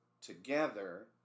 together